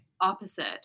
opposite